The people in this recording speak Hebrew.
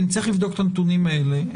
וצריך לבדוק את הנתונים האלה,